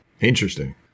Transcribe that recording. Interesting